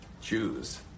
Jews